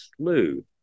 slew